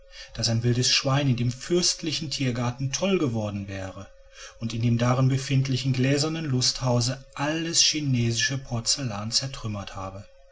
daß ein wildes schwein in dem fürstlichen tiergarten toll geworden wäre und in dem darin befindlichen gläsernen lusthause alles chinesische porzellan zertrümmert habe